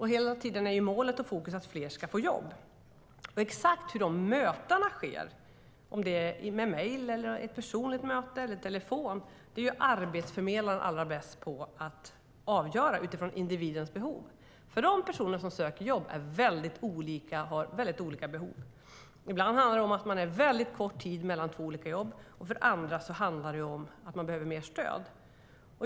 Hela tiden är målet att fler ska få jobb. Exakt hur mötena ska ske - om de ska ske via mejl, om det ska vara personliga möten eller om de ska ske via telefon - är arbetsförmedlaren bäst på att avgöra utifrån individens behov. De personer som söker jobb är olika och har väldigt olika behov. En del är mellan två jobb under en väldigt kort tid. Andra behöver mer stöd.